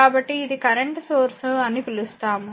కాబట్టి ఇది current source అని పిలుస్తాము